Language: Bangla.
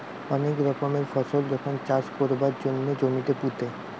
অনেক রকমের ফসল যখন চাষ কোরবার জন্যে জমিতে পুঁতে